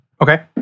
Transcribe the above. Okay